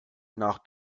nach